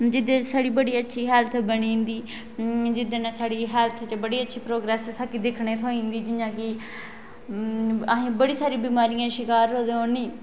जिहदे च साढ़ी बड़ी अच्छी हैलथ बनी जंदी जेहदे कन्नै साढ़ी हैल्थ च बड़ी अच्छी प्रोगरेस दिक्खने गी थ्होई जंदी जियां कि असें गी बड़ी सारी बिमारियें दे शिकार होऐ दे